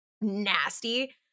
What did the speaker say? nasty